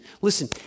Listen